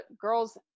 girl's